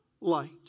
light